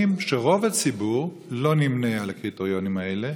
שרוב הציבור לא נמנה עם הקריטריונים האלה.